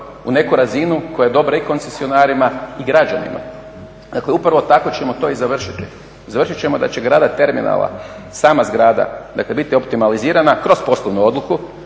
u neku razinu koja je dobra i koncesionarima i građanima. Upravo tako ćemo to i završiti. Završit ćemo da će gradnja terminala, sama zgrada, dakle biti optimalizirana kroz poslovnu odluku